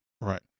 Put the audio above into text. right